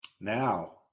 Now